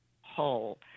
whole